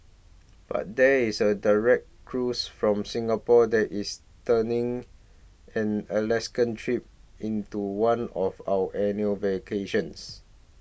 but there is a direct cruise from Singapore that is turning an Alaska trip into one of our annual vacations